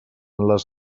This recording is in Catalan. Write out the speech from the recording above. les